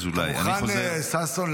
אזולאי --- ששון,